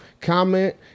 comment